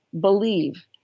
believe